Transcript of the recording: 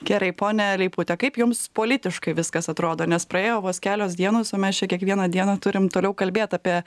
gerai ponia leipute kaip jums politiškai viskas atrodo nes praėjo vos kelios dienos o mes čia kiekvieną dieną turim toliau kalbėt apie